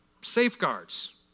safeguards